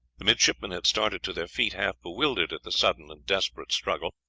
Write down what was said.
the midshipmen had started to their feet, half bewildered at the sudden and desperate struggle,